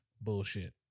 bullshit